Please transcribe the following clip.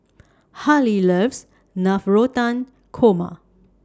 Hali loves Navratan Korma